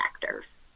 factors